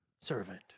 servant